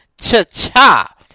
cha-cha